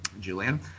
Julian